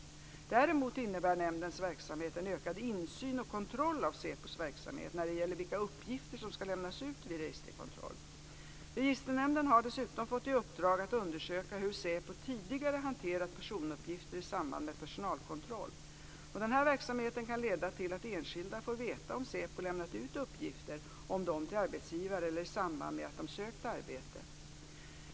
Däremot innebär nämndens verksamhet en ökad insyn och kontroll av SÄPO:s verksamhet när det gäller vilka uppgifter som ska lämnas ut vid registerkontroll. Registernämnden har dessutom fått i uppdrag att undersöka hur SÄPO tidigare hanterat personuppgifter i samband med personalkontroll. Denna verksamhet kan leda till att enskilda får veta om SÄPO lämnat ut uppgifter om dem till arbetsgivare eller i samband med att de sökt arbete.